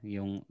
Yung